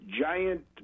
Giant